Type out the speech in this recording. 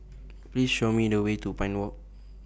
Please Show Me The Way to Pine Walk